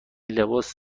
لباس